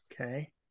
Okay